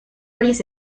varias